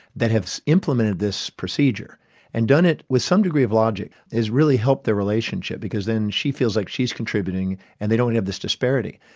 that have implemented this procedure and done it with some degree of logic, has really helped their relationship, because then she feels like she's contributing, and they don't have this disparity.